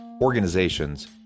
organizations